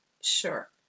Sure